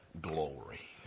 glory